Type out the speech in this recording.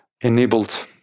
enabled